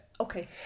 Okay